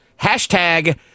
Hashtag